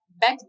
Back